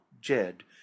Jed